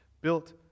built